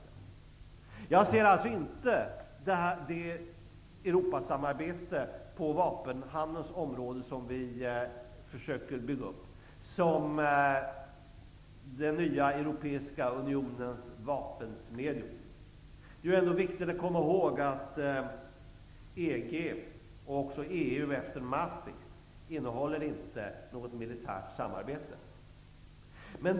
Enligt mitt sätt att se utgör alltså inte det Europasamarbete som vi försöker bygga upp på vapenhandelns område den nya europeiska unionens vapensmedjor. Det är ändå viktigt att komma ihåg att EG, och även EU efter Maastricht, inte innehåller något militärt samarbete.